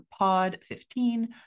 POD15